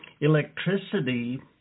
electricity